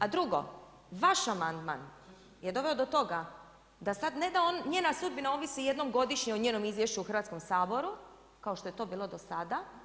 A drugo, vaš amandman je doveo do toga, da sad, en da njena sudbina ovisi jednom godišnje o njenom izvješću u Hrvatskom saboru, kao što je to bilo do sada.